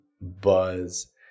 buzz